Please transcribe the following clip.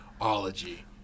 Ology